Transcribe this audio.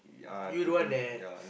you don't want that